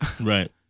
Right